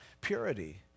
purity